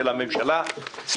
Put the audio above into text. של הממשלה,